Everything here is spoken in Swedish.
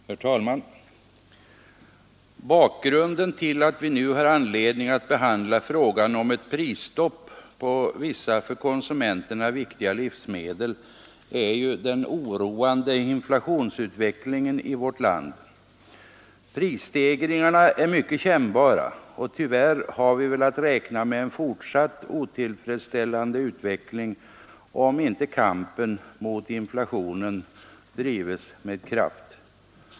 Herr talman! Bakgrunden till att vi nu har anledning att behandla frågan om ett prisstopp på vissa för konsumenterna viktiga livsmedel är den oroande inflationsutvecklingen i vårt land. Prisstegringarna är mycket kännbara, och tyvärr har vi väl att räkna med en fortsatt otillfredsställande utveckling, om inte kampen mot inflationen drivs med kraft.